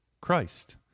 Christ